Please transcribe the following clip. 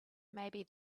maybe